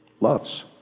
loves